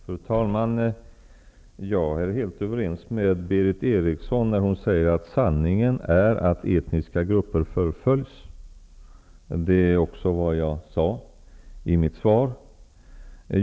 Fru talman! Jag är helt överens med Berith Eriksson när hon säger att sanningen är den att etniska grupper förföljs. Det sade jag också i mitt svar.